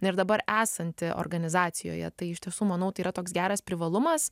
ir dabar esanti organizacijoje tai iš tiesų manau tai yra toks geras privalumas